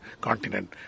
continent